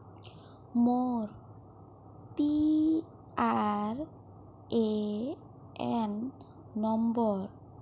মোৰ P R A N number